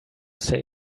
say